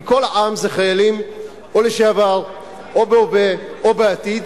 כי כל העם זה חיילים או לשעבר או בהווה או בעתיד,